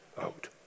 out